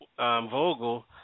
Vogel